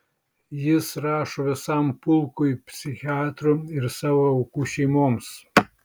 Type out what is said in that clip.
jis rašo visam pulkui psichiatrų ir savo aukų šeimoms